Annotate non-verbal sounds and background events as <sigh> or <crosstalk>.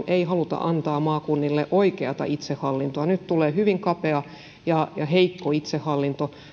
<unintelligible> ei haluta antaa maakunnille oikeata itsehallintoa nyt tulee hyvin kapea ja ja heikko itsehallinto